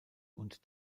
und